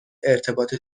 ارتباط